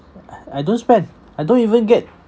I don't spend I don't even get